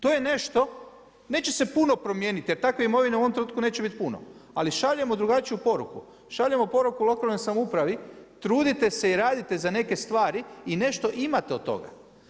To je nešto, neće se puno promijeniti jer takve imovine u ovom trenutku neće biti puno, ali šaljemo drugačiju poruku, šaljemo poruku lokalnoj samoupravi, trudite se i radite za neke stvari i nešto imate od toga.